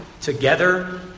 together